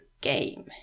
game